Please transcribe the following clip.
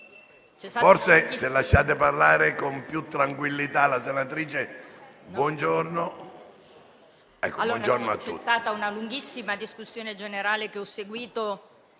Lasciate parlare con più tranquillità la senatrice Bongiorno.